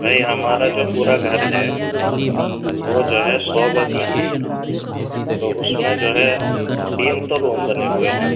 بھائی ہمارا جو پورا گھر ہے وہ جو ہے سو گز میں ہے تو اُس میں جو ہے تین تو روم بنے ہوے ہیں